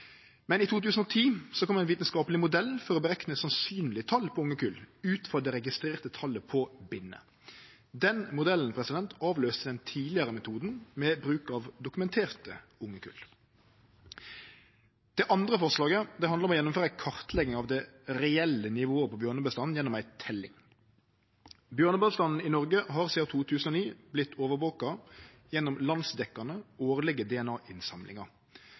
I 2010 kom ein vitskapeleg modell for å berekne sannsynlege tal på ungekull ut frå det registrerte talet på binner. Den modellen avløyste den tidlegare metoden med bruk av dokumenterte ungekull. Det andre forslaget handlar om å gjennomføre ei kartlegging av det reelle nivået på bjørnebestanden gjennom ei teljing. Bjørnebestanden i Noreg har sidan 2009 vorte overvaka gjennom landsdekkjande årlege